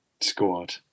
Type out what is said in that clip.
squad